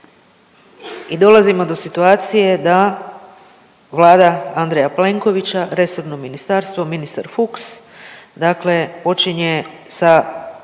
i dolazimo do situacije da Vlada Andreja Plenkovića, resorno ministarstvo, ministar Fuchs, dakle počinje sa